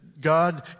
God